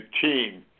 team